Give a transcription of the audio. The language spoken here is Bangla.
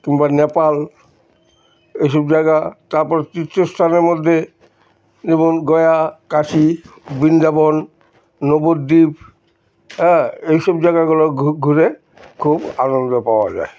কিংবা নেপাল এইসব জায়গা তারপর তীর্থস্থানের মধ্যে যেমন গয়া কাশি বৃন্দাবন নবদ্বীপ হ্যাঁ এইসব জায়গাগুলো ঘুরে খুব আনন্দ পাওয়া যায়